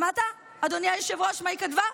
שמעת, אדוני היושב-ראש, מה היא כתבה?